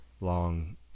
long